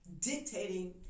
dictating